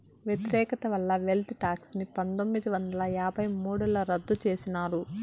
వ్యతిరేకత వల్ల wealth tax ని పందొమ్మిది వందల యాభై మూడుల రద్దు చేసినారు